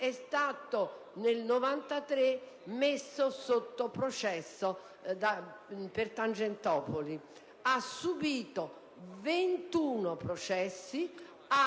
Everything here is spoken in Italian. è stato messo sotto processo per Tangentopoli: ha subito 21 processi ed